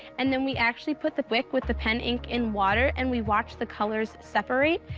and then we actually put the wick with the pen ink in water, and we watched the colors separate,